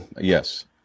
yes